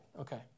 okay